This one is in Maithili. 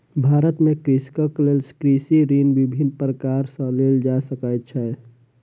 भारत में कृषकक लेल कृषि ऋण विभिन्न प्रकार सॅ लेल जा सकै छै